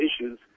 issues